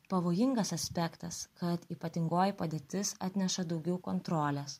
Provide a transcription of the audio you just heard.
pavojingas aspektas kad ypatingoji padėtis atneša daugiau kontrolės